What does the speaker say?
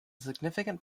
significant